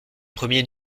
premiers